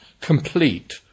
complete